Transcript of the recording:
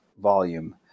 volume